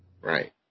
Right